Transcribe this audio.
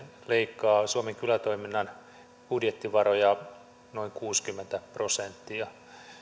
leikkaa suomen kylätoiminnan budjettivaroja noin kuusikymmentä prosenttia